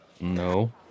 No